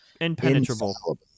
impenetrable